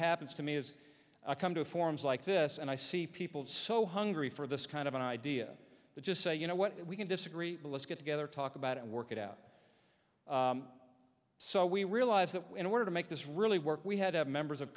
happens to me is i come to forums like this and i see people so hungry for this kind of an idea to just say you know what we can disagree but let's get together talk about it work it out so we realize that in order to make this really work we had to have members of